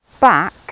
back